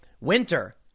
winter